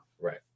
Right